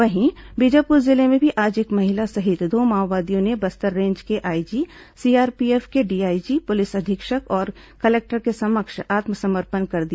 वहीं बीजापुर जिले में भी आज एक महिला सहित दो माओवादियों ने बस्तर रेंज के आईजी सीआरपीएफ के डीआईजी पुलिस अधीक्षक और कलेक्टर के समक्ष आत्मसमर्पण कर दिया